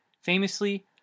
Famously